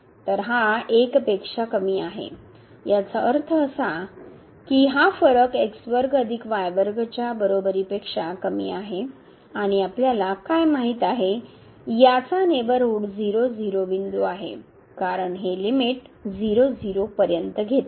तर हे 1 पेक्षा कमी आहे याचा अर्थ असा की हा फरकच्या बरोबरीपेक्षा कमी आहे आणि आपल्याला काय माहित आहे याचा नेबरहूड 0 0 बिंदूआहे कारण हे लिमिट 0 0 पर्यंत घेते